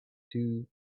two